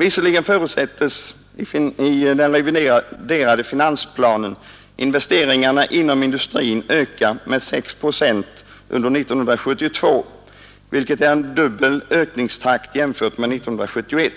Visserligen förutsättes i den reviderade finansplanen investeringarna inom industrin öka med 6 procent under 1972, vilket är en dubbelt så hög ökningstakt som under 1971.